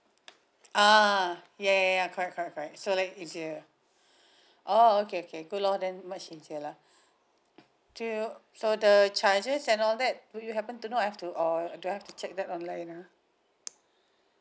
ah ya ya ya correct correct correct so like easier oh okay okay good lor then much easier lah do so the charges and all that do you happen to know or do I have to check that online you know